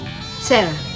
Sarah